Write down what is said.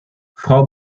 frau